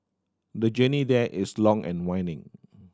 the journey there is long and